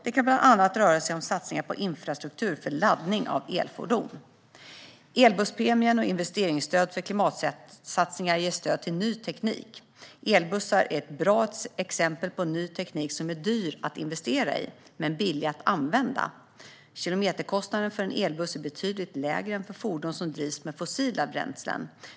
Det kan bland annat röra sig om satsningar på infrastruktur för laddning av elfordon. Elbusspremien och investeringsstöd för klimatsatsningar ger stöd till ny teknik. Elbussar är ett bra exempel på ny teknik som är dyr att investera i, men billig att använda. Kilometerkostnaden för en elbuss är betydligt lägre än för fordon som drivs med fossila bränslen.